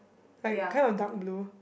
like kind of dark blue